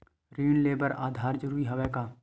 ऋण ले बर आधार जरूरी हवय का?